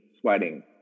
sweating